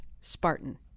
Spartan